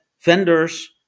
vendors